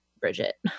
Bridget